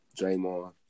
Draymond